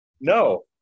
No